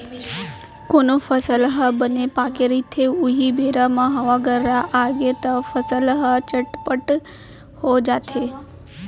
कोनो फसल ह बने पाके रहिथे उहीं बेरा म हवा गर्रा आगे तव फसल ह चउपट हो जाथे